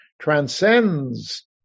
transcends